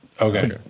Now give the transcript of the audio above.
Okay